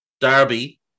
Derby